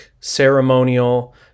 ceremonial